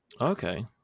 okay